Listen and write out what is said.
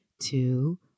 two